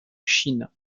chine